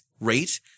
rate